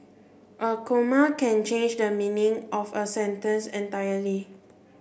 a comma can change the meaning of a sentence entirely